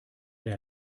der